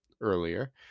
earlier